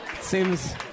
Seems